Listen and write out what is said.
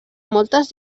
moltes